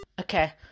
okay